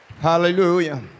Hallelujah